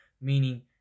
meaning